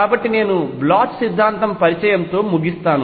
కాబట్టి నేను పొటెన్షియల్ సిద్ధాంతం పరిచయంతో ముగిస్తాను